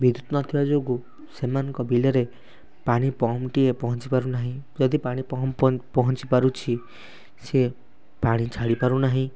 ବିଦ୍ୟୁତ୍ ନ ଥିବା ଯୋଗୁ ସେମାନଙ୍କ ବିଲରେ ପାଣି ପମ୍ପ୍ଟିଏ ପହଞ୍ଚି ପାରୁ ନାହିଁ ଯଦି ପାଣି ପମ୍ପ୍ ପହଞ୍ଚି ପାରୁଛି ସିଏ ପାଣି ଛାଡ଼ି ପାରୁନାହିଁ